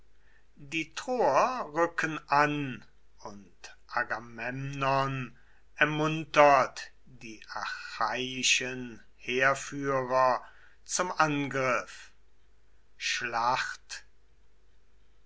die troer rücken an und agamemnon ermuntert die achaiischen heerführer zum angriff